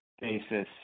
basis